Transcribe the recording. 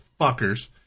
fuckers